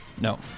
No